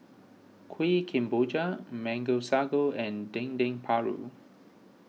Kuih Kemboja Mango Sago and Dendeng Paru